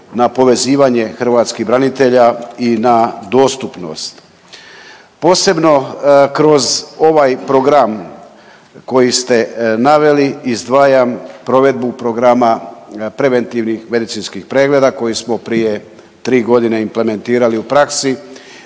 na povezivanje hrvatskih branitelja i na dostupnost. Posebno kroz ovaj program koji ste naveli izdvajam provedbu programa preventivnih medicinskih pregleda koji smo prije tri godine implementirali u praksi